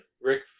Rick